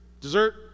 dessert